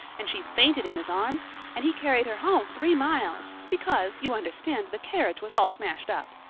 and she fainted in his arms and he carried her home three miles because, you understand, the carriage was all smashed up.